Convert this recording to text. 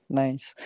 nice